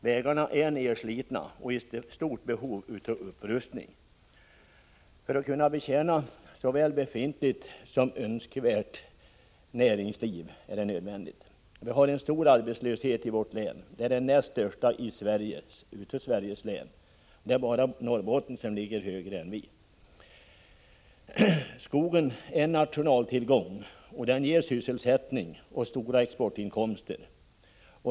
Vägarna är nerslitna, och det är nödvändigt att de upprustas för att kunna betjäna såväl befintligt som önskvärt näringsliv. Vi har en stor arbetslöshet i vårt län. Av Sveriges län har Värmland den näst största arbetslösheten — det är bara i Norrbotten som den är större. Skogen är en nationaltillgång. Den ger sysselsättning och stora exportinkomster.